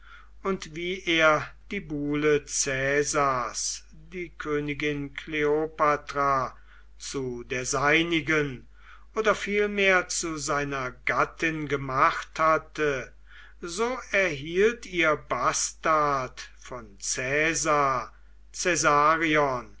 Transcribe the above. und wie er die buhle caesars die königin kleopatra zu der seinigen oder vielmehr zu seiner gattin gemacht hatte so erhielt ihr bastard von